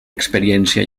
experiència